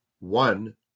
One